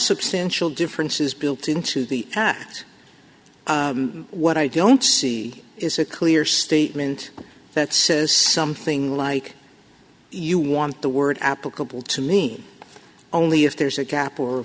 substantial differences built into the sack what i don't see is a clear statement that says something like you want the word applicable to me only if there's a gap or